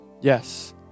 Yes